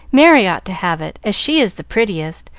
merry ought to have it, as she is the prettiest,